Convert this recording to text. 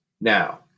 Now